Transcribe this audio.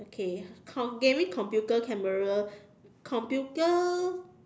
okay comp~ gaming computer camera computer